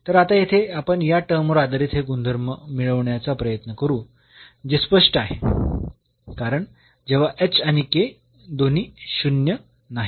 तर आता येथे आपण या टर्म वर आधारित हे गुणधर्म मिळविण्याचा प्रयत्न करू जे स्पष्ट आहे कारण जेव्हा आणि दोन्ही शून्य नाहीत